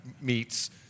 meets